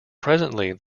presently